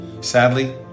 Sadly